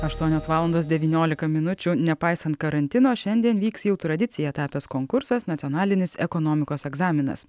aštuonios valandos devyniolika minučių nepaisant karantino šiandien vyks jau tradicija tapęs konkursas nacionalinis ekonomikos egzaminas